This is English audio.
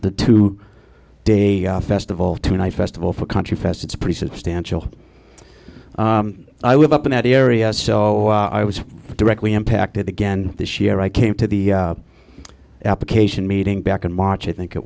the two day festival tonight festival for country fest it's pretty substantial i live up in that area so i was directly impacted again this year i came to the application meeting back in march i think it